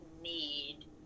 need